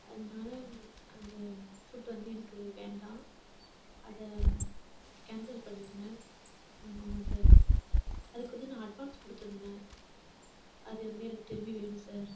அதனால அந்த ஃபுட் வந்து எனக்கு வேண்டாம் அதை கேன்சல் பண்ணிடுங்க ஆமாம் சார் அதுக்கு வந்து நான் அட்வான்ஸ் கொடுத்துருந்தேன் அது வந்து எனக்கு திரும்பி வேணும் சார்